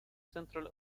central